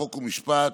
חוק ומשפט,